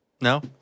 No